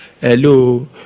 hello